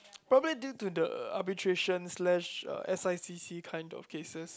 probably due to the arbitration slash uh S_I_C_C kind of cases